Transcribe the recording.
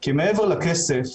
כי מעבר לכסף,